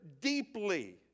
deeply